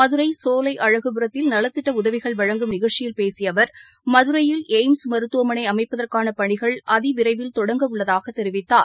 மதுரை சோலை அழகுரத்தில் நலத்திட்ட உதவிகள் வழங்கும் நிகழ்ச்சியில் பேசிய அவர் மதுரையில் எய்ம்ஸ் மருத்துவமனை அமைப்பதற்கான பணிகள் அதிவிரைவில் தொடங்கவுள்ளதாக தெரிவித்தார்